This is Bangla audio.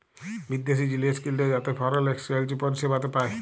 বিদ্যাশি জিলিস কিললে তাতে ফরেল একসচ্যানেজ পরিসেবাতে পায়